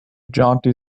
jaunty